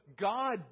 God